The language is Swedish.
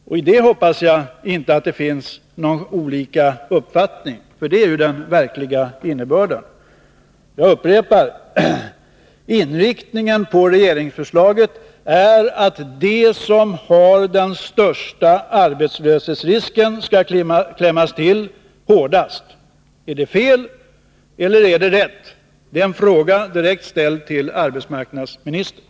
Den saken hoppas jag att det inte finns olika uppfattningar om — det är ju den verkliga innebörden. Jag upprepar: Regeringsförslagets inriktning är den att de som löper den största arbetslöshetsrisken skall klämmas åt hårdast. Är det fel eller är det riktigt? Det är en fråga, direkt ställd till arbetsmarknadsministern.